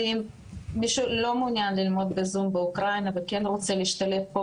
מי שלא מעוניין ללמוד בזום באוקראינה וכן רוצה להשתלב פה